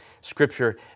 Scripture